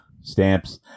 stamps